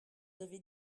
avait